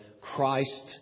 Christ